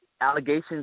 allegations